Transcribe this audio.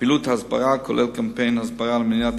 פעילות הסברה הכוללת קמפיין הסברה למניעת